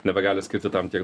nebegali skirti tam tiek